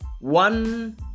one